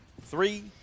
Three